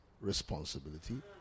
responsibility